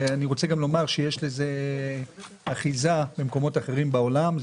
ויש לזה אחיזה במקומות אחרים בעולם.